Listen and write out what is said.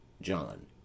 John